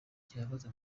gihagaze